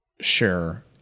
Share